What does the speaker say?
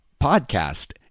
podcast